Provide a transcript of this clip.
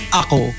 ako